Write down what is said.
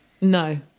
No